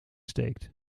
steekt